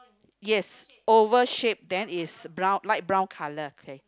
yes oval shape then is brown light brown colour okay